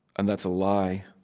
and that's a lie.